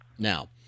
now